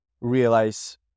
realize